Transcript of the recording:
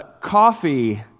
coffee